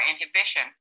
inhibition